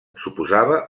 suposava